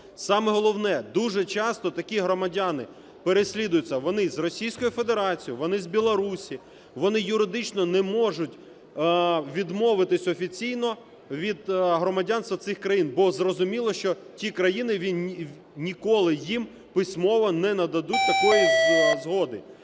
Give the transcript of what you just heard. Саме головне, дуже часто такі громадяни переслідуються, вони з Російської Федерації, вони з Білорусі, вони юридично не можуть відмовитись офіційно від громадянства цих країн, бо, зрозуміло, що ті країни ніколи їм письмово не нададуть такої згоди.